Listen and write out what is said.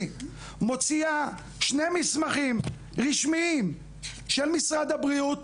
מוציאה שני מסמכים רשמיים של משרד הבריאות